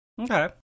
Okay